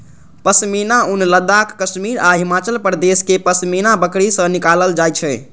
पश्मीना ऊन लद्दाख, कश्मीर आ हिमाचल प्रदेशक पश्मीना बकरी सं निकालल जाइ छै